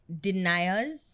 deniers